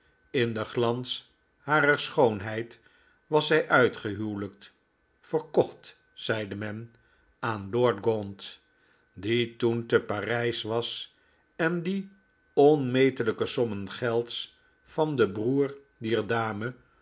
in den glans harer schoonheid was zij uitgehuwelijkt verkocht zeide men aan lord gaunt die toen te parijs was en die onmetelijke sommen gelds van den broerdier dame